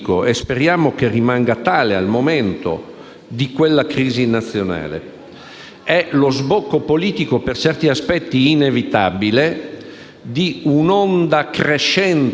che si sommano, originando un picco di crisi nazionale e internazionale, con gli effetti devastanti della caduta del prezzo dell'energia.